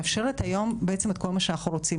מאפשרת היום את כל מה שאנחנו רוצים,